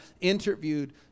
interviewed